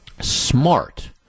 smart